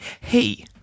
Hey